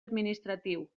administratiu